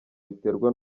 biterwa